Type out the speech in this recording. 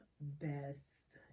best